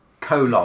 Colon